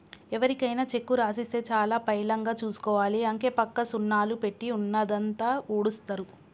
ఎవరికైనా చెక్కు రాసిస్తే చాలా పైలంగా చూసుకోవాలి, అంకెపక్క సున్నాలు పెట్టి ఉన్నదంతా ఊడుస్తరు